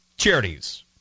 charities